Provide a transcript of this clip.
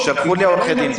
שלחו לי עורכי דין,